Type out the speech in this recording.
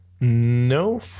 No